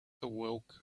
awoke